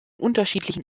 unterschiedlichen